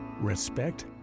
respect